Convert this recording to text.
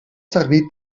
servir